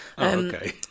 Okay